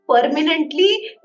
permanently